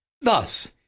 Thus